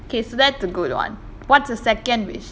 okay so that's a good [one] what's the second wish